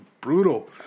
brutal